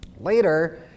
Later